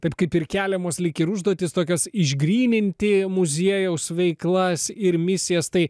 taip kaip ir keliamos lyg ir užduotys tokios išgryninti muziejaus veiklas ir misijas tai